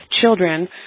children